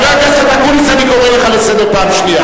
חבר הכנסת אקוניס, אני קורא אותך לסדר פעם שנייה.